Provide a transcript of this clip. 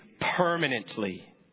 permanently